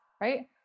Right